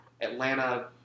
Atlanta